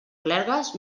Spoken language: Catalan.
clergues